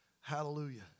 Hallelujah